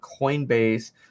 Coinbase